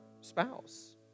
spouse